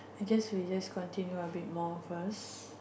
I guess we just continue a bit more first